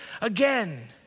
again